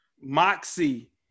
moxie